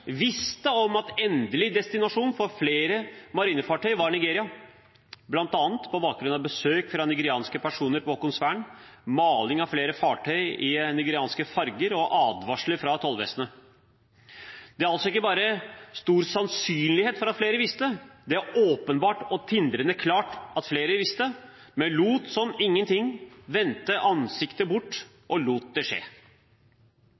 visste om at endelig destinasjon for flere marinefartøy var Nigeria, bl.a. på bakgrunn av besøk fra nigerianske personer på Haakonsvern, maling av flere fartøy i nigerianske farger og advarsler fra tollvesenet. Det er altså ikke bare stor sannsynlighet for at flere visste, det er åpenbart og tindrende klart at flere visste, men lot som ingen ting, vendte ansiktet bort